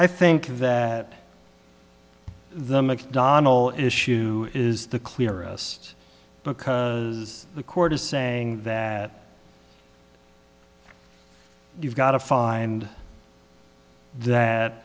i think that the mcdonnell issue is the clearest because the court is saying that you've got a five and that